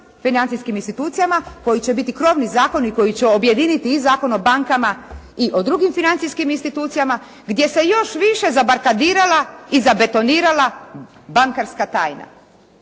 financijskim institucijama koji će biti krovni zakoni koji će objediniti i Zakon o bankama i o drugim financijskim institucijama, gdje se još više zabarikadirala i zabetonirala bankarska tajna.